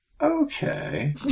Okay